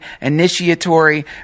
Initiatory